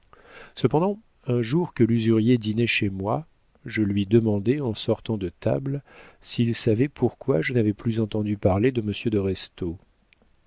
cependant un jour que l'usurier dînait chez moi je lui demandai en sortant de table s'il savait pourquoi je n'avais plus entendu parler de monsieur de